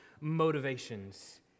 motivations